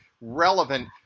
relevant